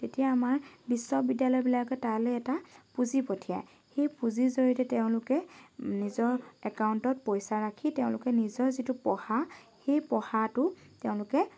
তেতিয়া আমাৰ বিশ্ববিদ্যালয়বিলাকে তালৈ এটা পুঁজি পঠিয়াই সেই পুঁজিৰ জৰিয়তে তেওঁলোকে নিজৰ একাউণ্টত পইচা ৰাখি তেওঁলোকে নিজৰ যিটো পঢ়া সেই পঢ়াটো তেওঁলোকে